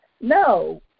No